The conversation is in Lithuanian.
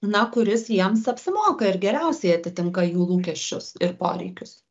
na kuris jiems apsimoka ir geriausiai atitinka jų lūkesčius ir poreikius